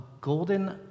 golden